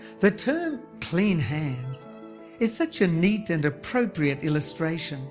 the term clean hands is such a neat and appropriate illustration